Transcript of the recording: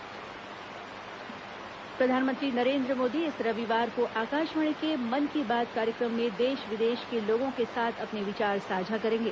मन की बात प्रधानमंत्री नरेन्द्र मोदी इस रविवार को आकाशवाणी के मन की बात कार्यक्रम में देश विदेश के लोगों के साथ अपने विचार साझा करेंगे